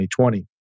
2020